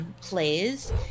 plays